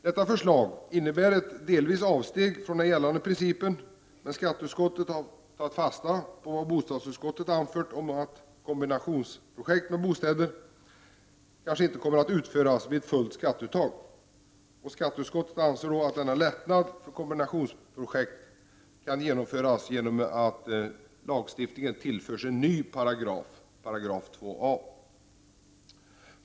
Detta förslag innebär delvis ett avsteg från den gällande principen, men skatteutskottet har tagit fasta på vad bostadsutskottet anfört om att kombinationsprojekt med bostäder kanske inte kommer att utföras vid ett fullt skatteuttag. Skatteutskottet anser att denna lättnad för kombinationsprojekt bör kunna åstadkommas genom att gällande lagstiftning tillförs en ny paragraf, §2a.